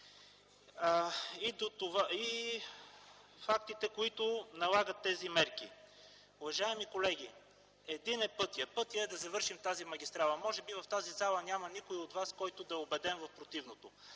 и фактите, които налагат тези мерки. Уважаеми колеги, един е пътят! Пътят е да завършим тази магистрала, може би в тази зала няма нито един от вас, който да е убеден в противното.